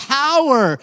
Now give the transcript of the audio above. power